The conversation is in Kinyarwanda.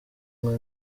umwe